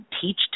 teach